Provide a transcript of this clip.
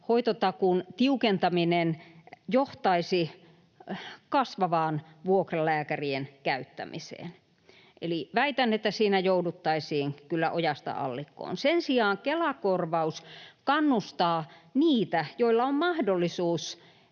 hoitotakuun tiukentaminen johtaisi kasvavaan vuokralääkärien käyttämiseen. Eli väitän, että siinä jouduttaisiin kyllä ojasta allikkoon. Sen sijaan Kela-korvaus kannustaa niitä, joilla on mahdollisuus